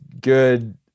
good